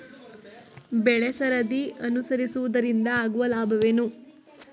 ಬೆಳೆಸರದಿ ಅನುಸರಿಸುವುದರಿಂದ ಆಗುವ ಲಾಭವೇನು?